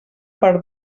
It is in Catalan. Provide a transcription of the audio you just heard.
per